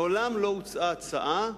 מעולם לא הוצעה הצעה,